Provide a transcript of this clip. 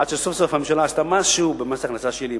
עד שסוף-סוף הממשלה עשתה משהו עם מס הכנסה שלילי,